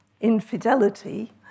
infidelity